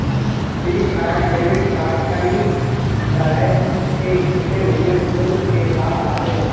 prepaid debit card कई तरह के छिपे हुए शुल्क के साथ आते हैं